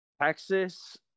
Texas